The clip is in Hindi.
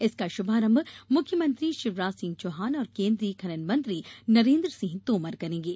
इसका शुभारंभ मुख्यमंत्री शिवराज सिंह चौहान और केन्द्रीय खनन मंत्री नरेन्द्र सिंह तोमर करेंगे